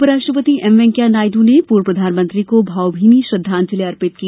उपराष्ट्रपति एमवैकेया नायडू ने पूर्व प्रधानमंत्री को भावभीनी श्रद्वाजलि अर्पित की